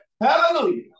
Hallelujah